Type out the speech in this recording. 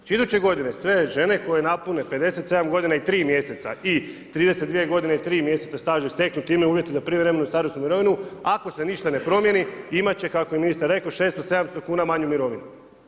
Znači iduće godine sve žene koje napune 57 godina i 3 mjeseca i 32 godine i 3 mjeseca staža i steknu time uvjete za prijevremenu starosnu mirovinu, ako se ništa ne promijeni, imat će kako je ministar rekao 600, 700 kuna manju mirovinu.